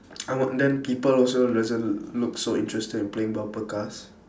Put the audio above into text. I was then people also doesn't look so interested in playing bumper cars